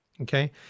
Okay